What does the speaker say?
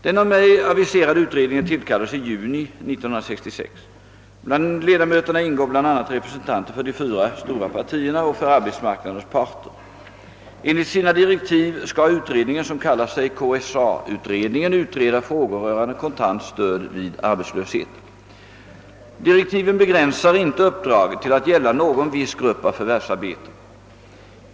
|= Den av mig aviserade utredningen tillkallades i juni 1966. Bland ledamöterna ingår bl.a. representanter för de fyra stora partierna och för arbetsmarknadens parter. Enligt sina direktiv skall utredningen — som kallär sig KSA utredningen — utreda frågor rörande kontant stöd vid arbetslöshet. Direktiven begränsar inte uppdraget till att gälla någon viss grupp av förvärvsarbetande.